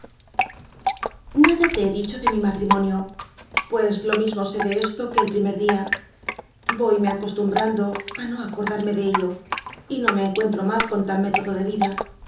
ada te he dicho de mi matrimonio pues lo mismo sé de esto que el primer día voyme a ostuinbraiido á no acordarme de ello y no me encuentro mal con tal método de vida